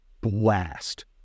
blast